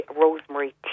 rosemary